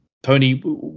Tony